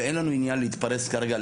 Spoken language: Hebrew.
ואין לנו עניין להתפרס כרגע.